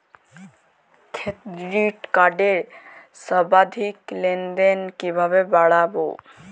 Credit কার্ডের সর্বাধিক লেনদেন কিভাবে বাড়াবো?